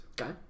Okay